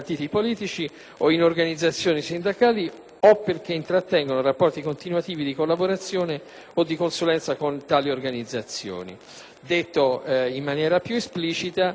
o perché intrattengono rapporti continuativi di collaborazione o di consulenza con tali organizzazioni. Detto in maniera più esplicita, si ritiene che,